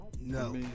No